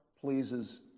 pleases